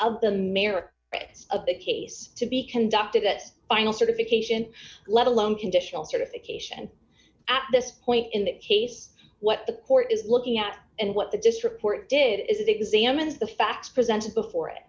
of the mayor of the case to be conducted that final certification let alone conditional certification at this point in that case what the court is looking at and what the district court did is it examines the facts presented before it